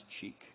cheek